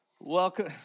Welcome